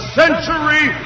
century